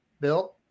Bill